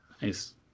Nice